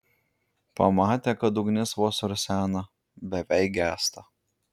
pamatė kad ugnis vos rusena beveik gęsta